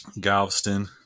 Galveston